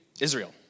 Israel